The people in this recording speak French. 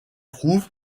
trouve